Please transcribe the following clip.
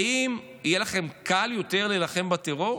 האם יהיה לכם קל יותר להילחם בטרור?